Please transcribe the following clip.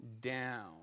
down